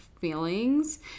feelings